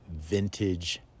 vintage